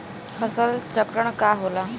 फसल चक्रण का होला?